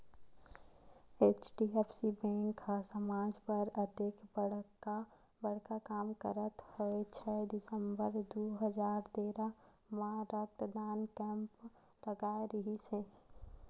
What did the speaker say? HDFC bank ह समाज बर अतेक बड़का काम करत होय छै दिसंबर दू हजार तेरा म रक्तदान कैम्प लगाय रिहिस हे